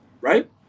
right